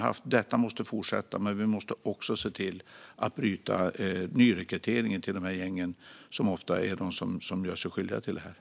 Detta arbete måste fortsätta, men vi måste också se till att bryta nyrekryteringen till gängen som ofta gör sig skyldiga till dessa brott.